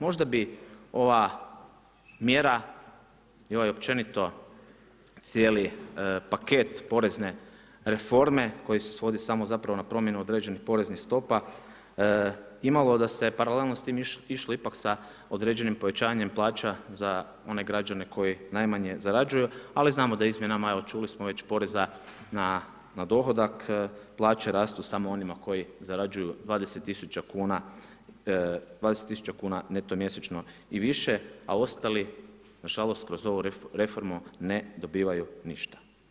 Možda bi ova mjera i ovaj općenito cijeli paket porezne reforme koji se svodi samo zapravo na promjenu određenih poreznih stopa imalo da se paralelno s tim išlo ipak sa određenim povećanjem plaća za one građane koji najmanje zarađuju, ali znamo da izmjenama, evo čuli smo već poreza na dohodak plaće rastu samo onima koji zarađuju 20 tisuća kuna neto mjesečno i više, a ostali nažalost, kroz ovu reformu ne dobivaju ništa.